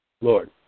Lord